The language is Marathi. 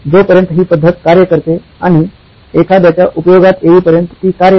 जोपर्यंत ही पद्धत कार्य करते आणि एखाद्याच्या उपयोगात येईपर्यंत ती कार्य करते